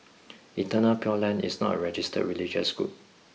Eternal Pure Land is not a registered religious group